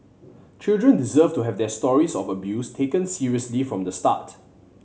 children deserve to have their stories of abuse taken seriously from the start